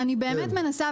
אני באמת מנסה.